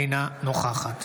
אינה נוכחת